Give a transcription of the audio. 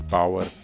Power